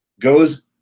goes